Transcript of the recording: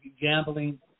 gambling